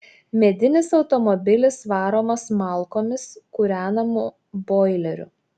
medinis automobilis varomas malkomis kūrenamu boileriu